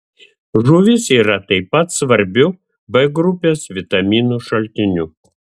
žuvis yra taip pat svarbiu b grupės vitaminų šaltiniu